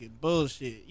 bullshit